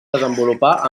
desenvolupar